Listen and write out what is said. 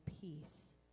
peace